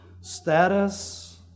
status